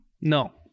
No